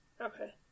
Okay